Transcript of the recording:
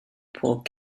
bob